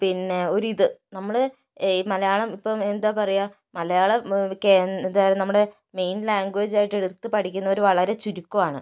പിന്നെ ഒരു ഇത് നമ്മൾ മലയാളം ഇപ്പം എന്താ പറയുക മലയാളം കേ എന്താ നമ്മുടെ മെയിന് ലാംഗ്വേജ് ആയിട്ട് എടുത്തു പഠിക്കുന്നവർ വലിയ ചുരുക്കമാണ്